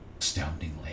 astoundingly